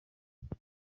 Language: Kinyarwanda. ute